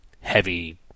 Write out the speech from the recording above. heavy